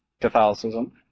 Catholicism